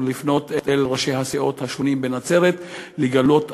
ולפנות לראשי הסיעות בנצרת לגלות אחריות,